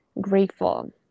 grateful